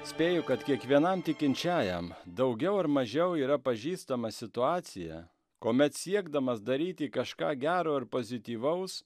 spėju kad kiekvienam tikinčiajam daugiau ar mažiau yra pažįstama situacija kuomet siekdamas daryti kažką gero ar pozityvaus